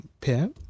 pair